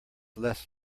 less